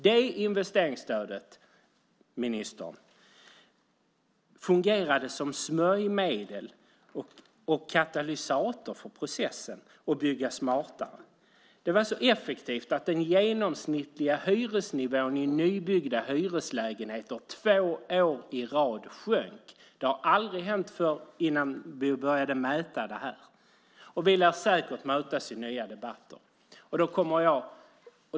Det investeringsstödet, ministern, fungerade som smörjmedel och katalysator för processen att bygga smartare. Det var så effektivt att den genomsnittliga hyresnivån i nybyggda hyreslägenheter sjönk två år i rad. Det hade aldrig hänt innan vi började mäta detta. Vi lär säkert mötas i nya debatter.